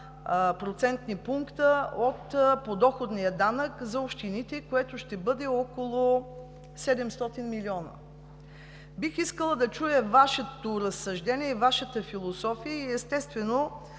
процентни пункта от подоходния данък за общините, което ще бъде около 700 млн. лв. Бих искала да чуя Вашето разсъждение и Вашата философия. Естествено,